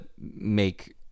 make